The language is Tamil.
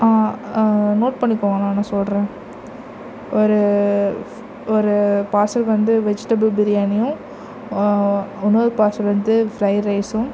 நோட் பண்ணிக்கோங்கண்ணா நான் சொல்கிறேன் ஒரு ஒரு பார்சல் வந்து வெஜிடபுள் பிரியாணியும் இன்னொரு பார்சல் வந்து ஃபிரைட் ரைஸ்ஸும்